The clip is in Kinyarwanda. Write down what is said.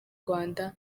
rwanda